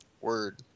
Word